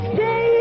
Stay